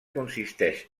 consisteix